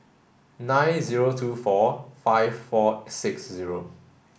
nine zero two four five four six zero